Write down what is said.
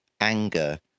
anger